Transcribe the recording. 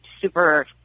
super